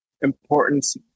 importance